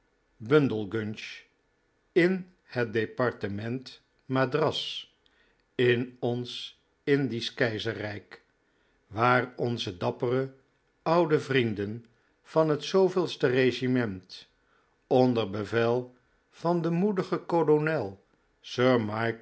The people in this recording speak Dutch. bundlegunge in het departement madras in ons indisch keizerrijk waar onze dappere oude vrienden van het de regiment onder bevel van den moedigen kolonel sir